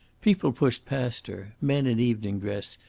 people pushed past her men in evening dress,